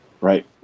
right